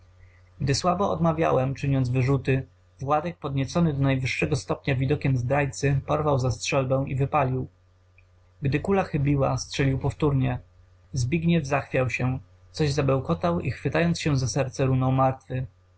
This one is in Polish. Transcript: gdy słabo odmawiałem czyniąc wyrzuty władek podniecony do najwyższego stopnia widokiem zdrajcy porwał za strzelbę i wypalił gdy kula chybiła strzelił powtórnie zbigniew zachwiał się coś zabełkotał i chwytając się za serce runął martwy